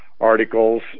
Articles